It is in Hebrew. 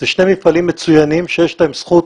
אלה שני מפעלים מצוינים שיש להם זכות